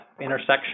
intersection